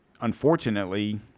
unfortunately